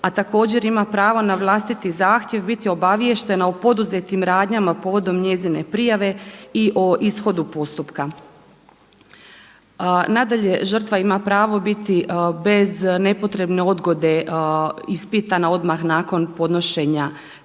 a također ima pravo na vlastiti zahtjev biti obaviještena o poduzetim radnjama povodom njezine prijave i o ishodu postupka. Nadalje, žrtva ima pravo biti bez nepotrebne odgode ispitana odmah nakon podnošenja